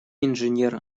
инженер